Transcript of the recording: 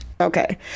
Okay